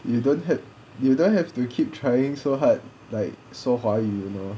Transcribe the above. you don't have you don't have to keep trying so hard like so 华语 you know